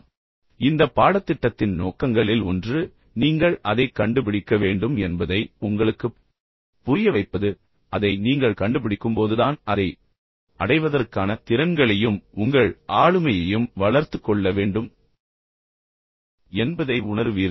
இப்போது இந்த பாடத்திட்டத்தின் நோக்கங்களில் ஒன்று நீங்கள் அதைக் கண்டுபிடிக்க வேண்டும் என்பதை உங்களுக்குப் புரிய வைப்பது அதை நீங்கள் கண்டுபிடிக்கும் போதுதான் அதை அடைவதற்கான திறன்களையும் உங்கள் ஆளுமையையும் வளர்த்துக் கொள்ள வேண்டும் என்பதை நீங்கள் உணருவீர்கள்